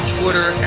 Twitter